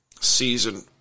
season